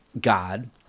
God